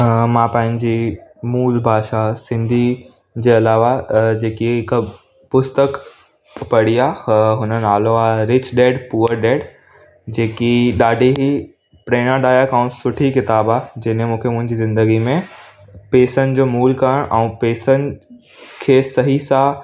हा मां पांजी मूल भाषा सिंधी जे अलावा जेकी पुस्तक पढ़ी आहे हुन जो नालो आहे रिच डैड पूअर डैड जेकी ॾाढी ई प्रेरणादायक ऐं सुठी किताबु आहे जंहिंमें मूंखे मुंहिंजी ज़िंदगी में पेसनि जो मूल करणु ऐं पेसनि खे सही सां